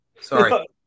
Sorry